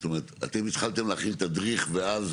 זאת אומרת אתם התחלתם להכין תדריך ואז